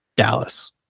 Dallas